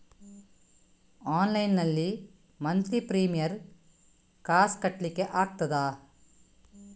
Online ನಲ್ಲಿ monthly premium ಕಾಸ್ ಕಟ್ಲಿಕ್ಕೆ ಆಗ್ತದಾ?